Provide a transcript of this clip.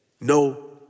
no